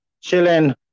chilling